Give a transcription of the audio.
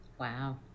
Wow